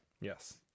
yes